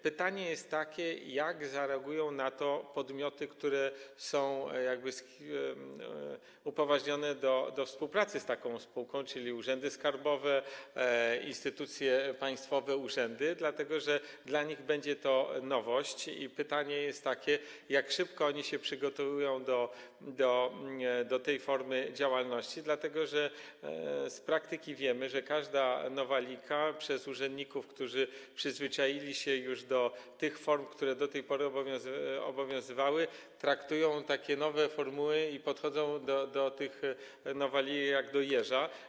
Pytanie jest też takie, jak zareagują na to podmioty, które są jakby upoważnione do współpracy z taką spółką, czyli urzędy skarbowe, instytucje, państwowe urzędy, dlatego że dla nich będzie to nowość, i pytanie jest takie, jak szybko one się przygotują do obsługi tej formy działalności, dlatego że z praktyki wiemy, że jak nowalijkę urzędnicy, którzy przyzwyczaili się już do form, które do tej pory obowiązywały, traktują takie nowe formuły, a podchodzą do nowalijek jak do jeża.